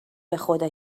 بخدا